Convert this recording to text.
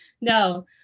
no